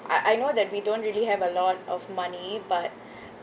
I I know that we don't really have a lot of money but